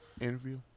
interview